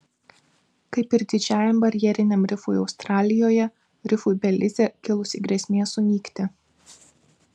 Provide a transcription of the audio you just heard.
kaip ir didžiajam barjeriniam rifui australijoje rifui belize kilusi grėsmė sunykti